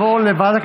לוועדה